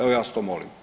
Evo ja vas to molim.